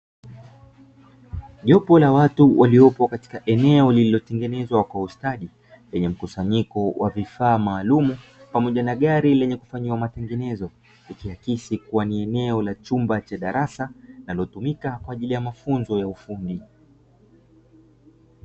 Jopo la watu waliopo katika eneo lililotengenezwa kwa ustadi lenye mkusanyiko wa vifaa maalum pamoja na gari lenye kufanyiwa matengenezo, ikiakisi kuwa ni eneo la chumba cha darasa linalotumika kwa ajili ya mafunzo ya ufundi.